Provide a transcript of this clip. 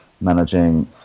managing